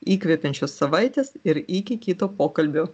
įkvepiančios savaitės ir iki kito pokalbio